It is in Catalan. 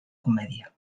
comèdia